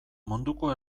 munduko